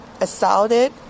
assaulted